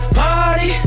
party